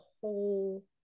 whole